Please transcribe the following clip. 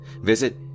visit